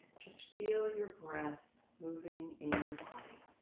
just feel your breath moving in your body.